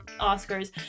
Oscars